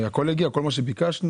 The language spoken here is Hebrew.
הכול הגיע, כל מה שביקשנו?